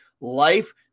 Life